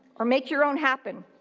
or make your own happen.